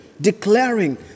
Declaring